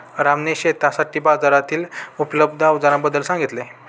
रामने शेतीसाठी बाजारातील उपलब्ध अवजारांबद्दल सांगितले